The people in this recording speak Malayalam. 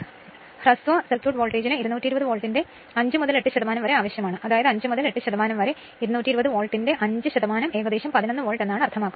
അതിനാൽ ഹ്രസ്വ പരിവാഹ വോൾട്ടേജിന് 220 വോൾട്ടിന്റെ 5 മുതൽ 8 ശതമാനം വരെ ആവശ്യമാണ് അതായത് 5 മുതൽ 8 ശതമാനം വരെ 220 വോൾട്ടിന്റെ 5 ശതമാനം ഏകദേശം 11 വോൾട്ട് എന്നാണ് അർത്ഥമാക്കുന്നത്